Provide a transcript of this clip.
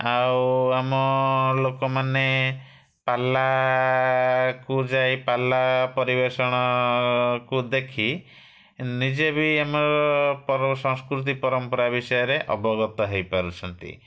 ଆଉ ଆମ ଲୋକମାନେ ପାଲାକୁ ଯାଇ ପାଲା ପରିବେଷଣକୁ ଦେଖି ନିଜେ ବି ଆମ ପର୍ବ ସଂସ୍କୃତି ପରମ୍ପରା ବିଷୟରେ ଅବଗତ ହେଇପାରୁଛନ୍ତି